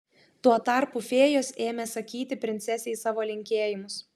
tuo tarpu fėjos ėmė sakyti princesei savo linkėjimus